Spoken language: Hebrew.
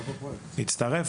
כן,